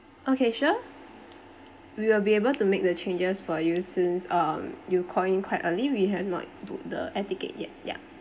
okay sure we will be able to make the changes for you since um you called in quite early we had not booked the air ticket yet ya